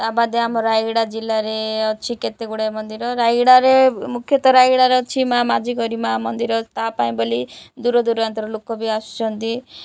ତା ବାଦେ ଆମ ରାୟଗଡ଼ା ଜିଲ୍ଲାରେ ଅଛି କେତେ ଗୁଡ଼ାଏ ମନ୍ଦିର ରାୟଗଡ଼ାରେ ମୁଖ୍ୟତଃ ରାୟଗଡ଼ାରେ ଅଛି ମାଁ ମାଝିକରି ମାଁ ମନ୍ଦିର ତା ପାଇଁ ବୋଲି ଦୂର ଦୂରାନ୍ତର ଲୋକ ବି ଆସୁଛନ୍ତି